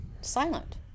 silent